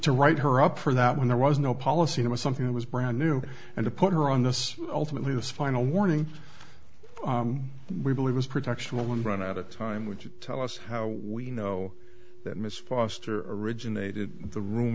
to write her up for that when there was no policy it was something that was brand new and to put her on this ultimately this final morning we believe is protection will run at a time which is tell us how we know that miss foster originated the r